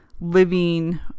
living